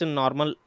normal